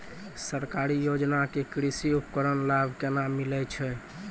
सरकारी योजना के कृषि उपकरण लाभ केना मिलै छै?